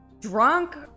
drunk